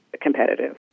competitive